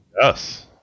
Yes